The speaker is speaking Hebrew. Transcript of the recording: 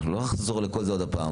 אנחנו לא נחזור לכל זה עוד פעם.